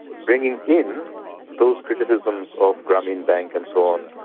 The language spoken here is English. bringing in those criticisms of grameen bank and so on,